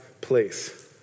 place